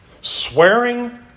Swearing